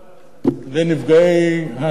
לנפגעי העסקה,